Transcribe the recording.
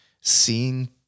seeing